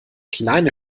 kleine